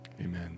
Amen